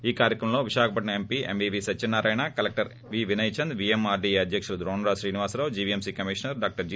ఈ కార్యక్రమంలో Visakhapatnam MP MVV Satyanarayana collector V Vinay Chand VMRDA అధ్యకులు Dronamraju Srinivasarao GVMC commissioner doctor G